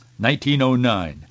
1909